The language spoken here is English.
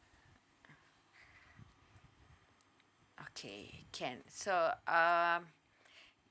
okay can so um